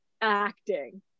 acting